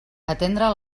atendre